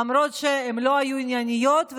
למרות שהן לא היו ענייניות,